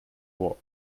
war